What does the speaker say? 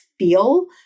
Feel